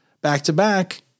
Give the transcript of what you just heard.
back-to-back